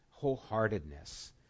wholeheartedness